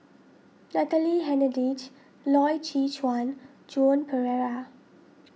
Natalie Hennedige Loy Chye Chuan Joan Pereira